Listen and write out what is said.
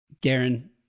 Garen